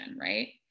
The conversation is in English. right